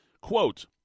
Quote